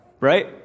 Right